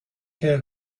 care